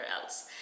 else